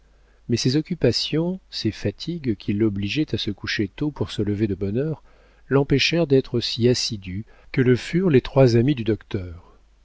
mais ses occupations ses fatigues qui l'obligeaient à se coucher tôt pour se lever de bonne heure l'empêchèrent d'être aussi assidu que le furent les trois amis du docteur